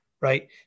right